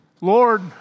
Lord